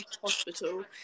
hospital